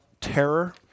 terror